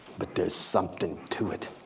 but there's something to it.